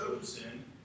chosen